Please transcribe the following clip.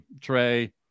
Trey